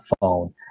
phone